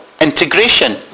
integration